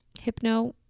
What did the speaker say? hypno